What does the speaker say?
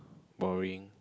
boring